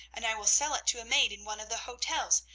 and i will sell it to a maid in one of the hotels,